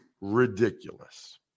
ridiculous